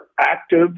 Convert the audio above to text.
active